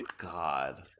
God